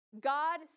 God